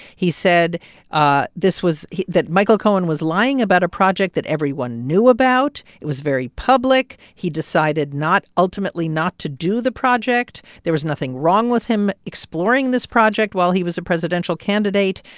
he said ah this was that michael cohen was lying about a project that everyone knew about. it was very public. he decided not ultimately not to do the project. there was nothing wrong with him exploring this project while he was a presidential candidate,